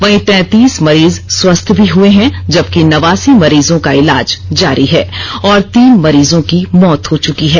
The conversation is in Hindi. वहीं तैंतीस मरीज स्वस्थ भी हुए हैं जबकि नवासी मरीजों का इलाज जारी है और तीन मरीजों की मौत हो चुकी है